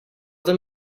them